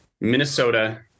minnesota